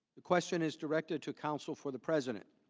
the question is directed to counsel for the president.